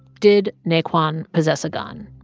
did naquan possess a gun?